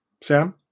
Sam